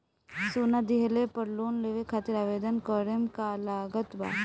सोना दिहले पर लोन लेवे खातिर आवेदन करे म का का लगा तऽ?